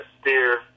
steer